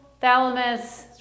thalamus